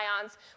ions